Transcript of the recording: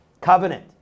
covenant